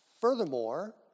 Furthermore